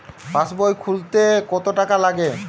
পাশবই খুলতে কতো টাকা লাগে?